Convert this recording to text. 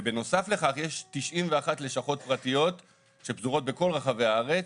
ונוסף על כך יש 91 לשכות פרטיות שפזורות בכל רחבי הארץ,